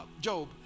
Job